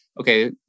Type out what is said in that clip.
Okay